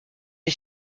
les